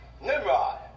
Nimrod